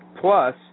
Plus